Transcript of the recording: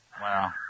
Wow